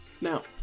Now